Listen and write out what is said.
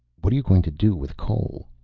what are you going to do with cole?